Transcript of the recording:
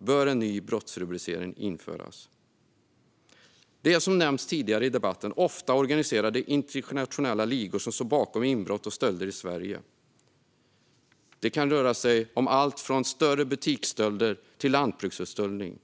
bör en ny brottsrubricering införas. Som tidigare nämnts i debatten står ofta organiserade internationella ligor bakom inbrott och stölder i Sverige. Det kan röra sig om alltifrån större butiksstölder till stöld av lantbruksutrustning.